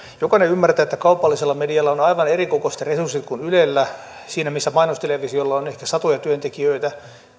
jokainen ymmärtää että kaupallisella medialla on aivan erikokoiset resurssit kuin ylellä siinä missä mainostelevisiolla on ehkä satoja työntekijöitä